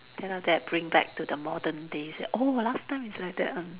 then after that bring back to the modern days like oh last time is like that one